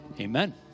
amen